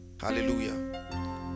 Hallelujah